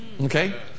Okay